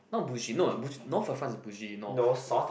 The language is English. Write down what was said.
not bougie no boug~ North of France is bougie north